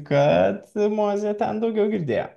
kad mozė ten daugiau girdėjo